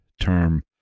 term